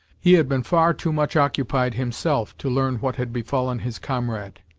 he had been far too much occupied himself to learn what had befallen his comrade,